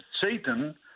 Satan